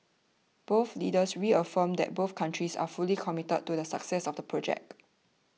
both leaders reaffirmed that both countries are fully committed to the success of the project